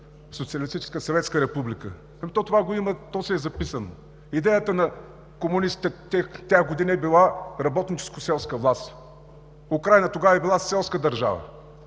социалистическа съветска република? Ами това го има, то си е записано. Идеята на комунистите тези години е била работническо-селска власт. Украйна тогава е била селска държава